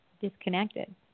disconnected